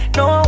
no